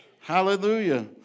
Hallelujah